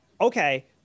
okay